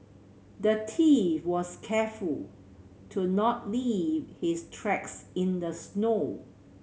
the thief was careful to not leave his tracks in the snow